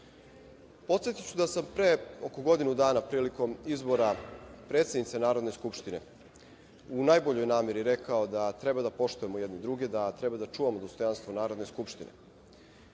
stav. Podsetiću da sam pre oko godinu dana, prilikom izbora predsednice Narodne skupštine u najboljoj meri rekao da treba da poštujemo jedni druge, da treba da čuvamo dostojanstvo Narodne skupštine,